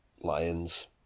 Lions